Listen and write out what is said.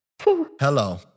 Hello